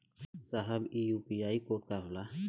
साहब इ UPI code का होला?